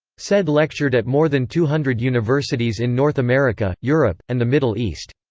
said lectured at more than two hundred universities in north america, europe, and the middle east.